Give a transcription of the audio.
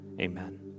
Amen